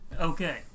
Okay